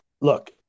Look